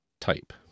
type